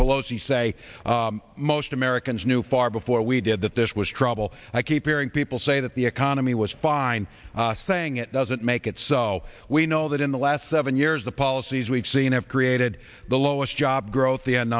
pelosi say most americans knew far before we did that this was trouble i keep hearing people say that the economy was fine saying it doesn't make it so we know that in the last seven years the policies we've seen have created the lowest job growth